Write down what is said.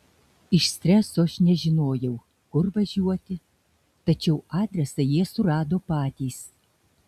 iš streso aš nežinojau kur važiuoti tačiau adresą jie surado patys